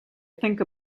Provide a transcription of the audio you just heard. think